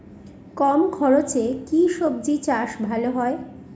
কম খরচে কি সবজি চাষ ভালো হয়?